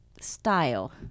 style